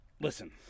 listen